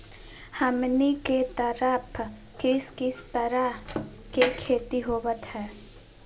हमनी के तरफ किस किस प्रकार के खेती होवत है?